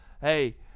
hey